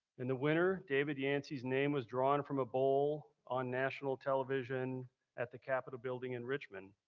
and the winner, david yancey's name was drawn from a bowl on national television at the capitol building in richmond.